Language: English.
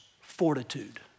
fortitude